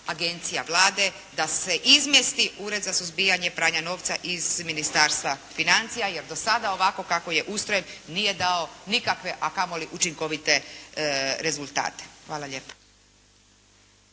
agencija Vlade da se izmjesti Ured za suzbijanje pranja novca iz Ministarstva financija jer do sada ovako kako je ustrojen nije dao nikakve a kamoli učinkovite rezultate. Hvala lijepa.